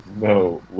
No